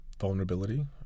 vulnerability